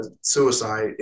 suicide